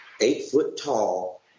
eight-foot-tall